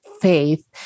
faith